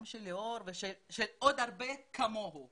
גם של ליאור ושל עוד הרבה כמוהו,